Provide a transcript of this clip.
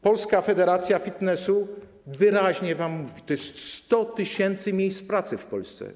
Polska Federacja Fitness wyraźnie wam mówi, że to jest 100 tys. miejsc pracy w Polsce.